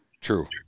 true